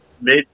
made